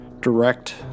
direct